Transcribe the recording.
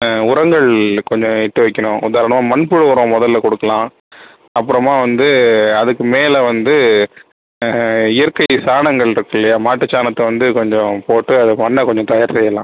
உரங்கள் கொஞ்சம் இட்டு வைக்கணும் உதாரணமாக மண்புழு உரம் முதல்ல கொடுக்கலாம் அப்புறமா வந்து அதுக்கு மேலே வந்து இயற்கை சாணங்கள் இருக்குதில்லையா மாட்டுச் சாணத்தை வந்து கொஞ்சம் போட்டு அதை மண்ணை கொஞ்சம் தயார் செய்யலாம்